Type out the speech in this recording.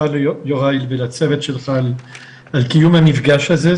ליוראי ולצוות שלך על קיום המפגש הזה,